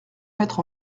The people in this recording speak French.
mettre